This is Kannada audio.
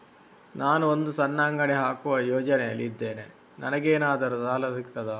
ನಾನು ಒಂದು ಸಣ್ಣ ಅಂಗಡಿ ಹಾಕುವ ಯೋಚನೆಯಲ್ಲಿ ಇದ್ದೇನೆ, ನನಗೇನಾದರೂ ಸಾಲ ಸಿಗ್ತದಾ?